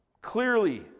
clearly